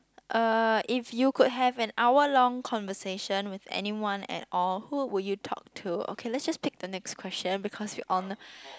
uh if you could have an hour long conversation with anyone at all who would you talk to okay let just pick the next question because you on the